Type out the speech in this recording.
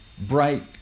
bright